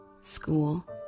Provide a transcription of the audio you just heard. school